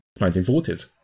1940s